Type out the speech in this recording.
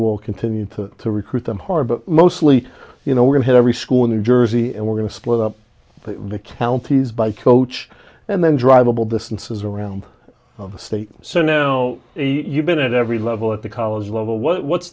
will continue to recruit them hard but mostly you know we're going to every school in new jersey and we're going to split up the counties by coach and then driveable distance is around the state so now you've been at every level at the college level what